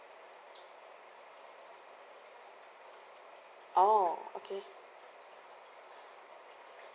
oh okay